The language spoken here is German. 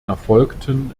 erfolgten